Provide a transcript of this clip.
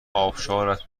آبشارت